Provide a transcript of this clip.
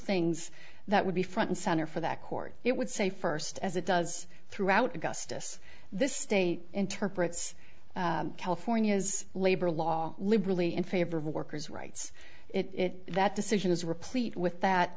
things that would be front and center for that court it would say first as it does throughout augustus this state interprets california's labor law liberally in favor of workers rights it that decision is replete with that